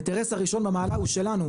האינטרס הראשון במעלה הוא שלנו,